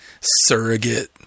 surrogate